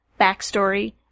Backstory